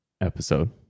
episode